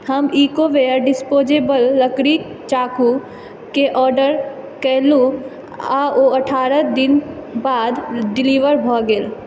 हम Ecoware disposable लकड़ीक चाकूके ऑर्डर कयलहुँ आ ओ अठारह दिन बाद डिलीवर भऽ गेल